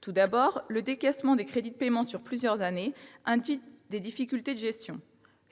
Tout d'abord, le décaissement des crédits de paiement sur plusieurs années induit des difficultés de gestion :